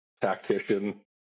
tactician